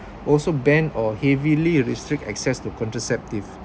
also banned or heavily restrict access to contraceptives